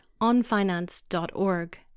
onfinance.org